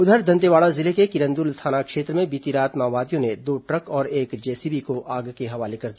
उधर दंतेवाड़ा जिले के किरंदुल थाना क्षेत्र में बीती रात माओवादियों ने दो ट्रक और एक जेसीबी को आग के हवाले कर दिया